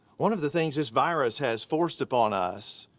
one of the things this virus has forced upon us,